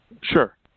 Sure